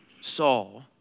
Saul